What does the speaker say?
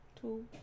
Two